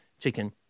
chicken